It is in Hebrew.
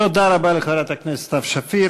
תודה רבה לחברת הכנסת סתיו שפיר.